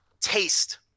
taste